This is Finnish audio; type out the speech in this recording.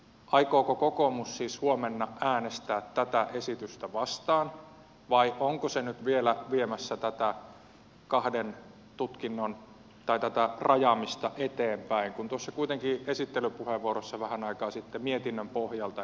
aikooko kokoomus siis huomenna äänestää tätä esitystä vastaan vai onko se nyt vielä viemässä tätä rajaamista eteenpäin kun tuossa kuitenkin esittelypuheenvuorossa vähän aikaa sitten mietinnön pohjalta niin edustitte